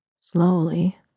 slowly